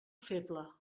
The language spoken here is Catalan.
feble